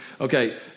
Okay